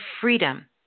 freedom